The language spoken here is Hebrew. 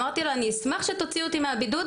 אמרתי לו, אני אשמח שתוציא אותי מהבידוד.